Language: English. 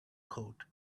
coat